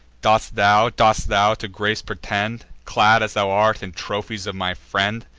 dost thou, dost thou to grace pretend, clad, as thou art, in trophies of my friend?